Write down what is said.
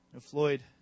Floyd